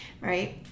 right